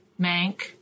Mank